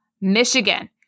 Michigan